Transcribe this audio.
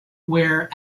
where